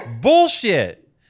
Bullshit